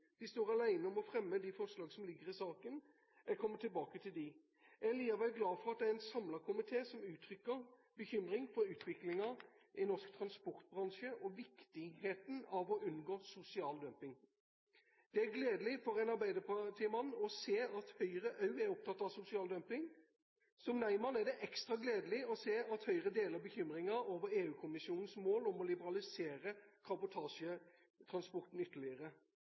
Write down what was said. De står alene om å fremme de forslag som ligger i saken. Jeg kommer tilbake til dem. Jeg er likevel glad for at det er en samlet komité som uttrykker bekymring over utviklingen i norsk transportbransje og viktigheten av å unngå sosial dumping. Det er gledelig for en arbeiderpartimann å se at Høyre også er opptatt av sosial dumping. Som nei-mann er det ekstra gledelig å se at Høyre deler bekymringen over EU-kommisjonens mål om å liberalisere kabotasjetransporten ytterligere,